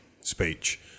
speech